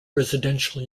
residential